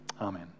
Amen